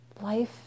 life